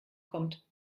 kommt